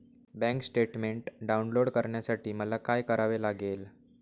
Bank statement download करण्यासाठी मला काय करावे लागेल?